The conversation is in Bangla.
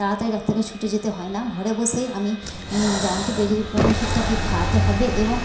তাড়াতাড়ি ডাক্তারের কাছে ছুটে যেতে হয় না ঘরে বসেই আমি জানতে পেরে যাই যে কোন ওষুধটা কী খাওয়াতে হবে এবং